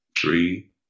three